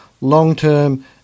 Long-Term